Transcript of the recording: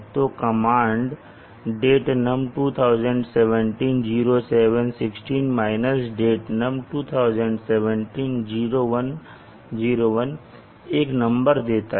तो command datenum20170716 datenum20170101 एक नंबर देता है